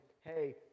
hey